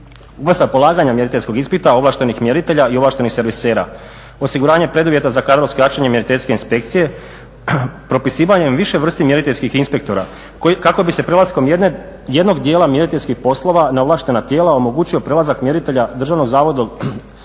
…/Govornik se ne razumije./… ovlaštenih mjeritelja i ovlaštenih servisera, osiguranje preduvjeta za kadrovsko jačanje mjeriteljske inspekcije propisivanjem više vrsti mjeriteljskih inspektora kako bi se prelaskom jednog dijela mjeriteljskih poslova na ovlaštena tijela omogućio prelazak mjeritelja Državnog zavoda za